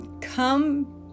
come